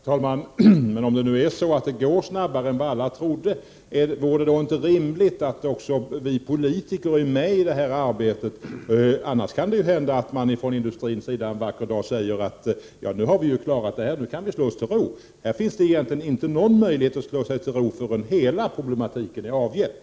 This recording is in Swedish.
Herr talman! Om det är så att det går snabbare än vad man förut kunde tro är det rimligt att också vi politiker är med i detta arbete. Annars kan det hända att industrin en vacker dag slår sig till ro. Här bör inte finnas någon möjlighet att slå sig till ro förrän hela problematiken är avhjälpt.